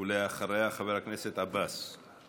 ואחריה, חבר הכנסת עבאס.